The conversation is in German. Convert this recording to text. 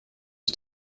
ist